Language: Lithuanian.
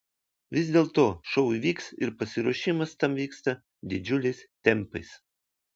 vis dėlto šou įvyks ir pasiruošimas tam vyksta didžiuliais tempais